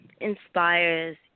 inspires